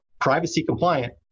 privacy-compliant